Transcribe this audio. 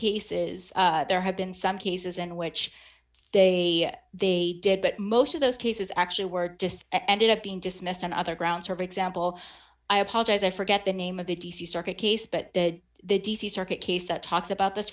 cases there have been some cases in which they they did but most of those cases actually were just ended up being dismissed on other grounds for example i apologize i forget the name of the d c circuit case but the d c circuit case that talks about this